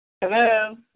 Hello